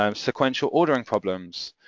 um sequential ordering problems,